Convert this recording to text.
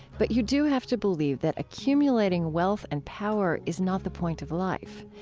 but you do have to believe that accumulating wealth and power is not the point of life.